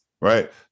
right